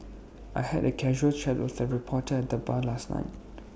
I had A casual chat with A reporter at the bar last night